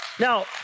Now